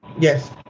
Yes